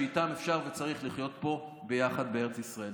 שאיתם אפשר וצריך לחיות פה ביחד בארץ ישראל.